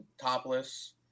topless